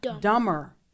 dumber